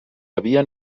havia